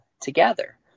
together